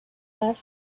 left